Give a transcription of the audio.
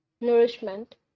nourishment